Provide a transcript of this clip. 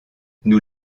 nous